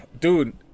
dude